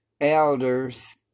elders